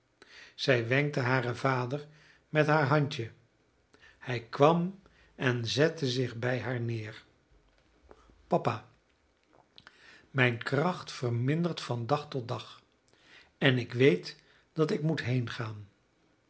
zij wenkte haar vader met haar handje hij kwam en zette zich bij haar neer papa mijne kracht vermindert van dag tot dag en ik weet dat ik moet heengaan